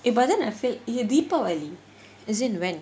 eh but then I feel eh deepavali as in when